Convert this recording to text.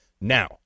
Now